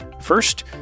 First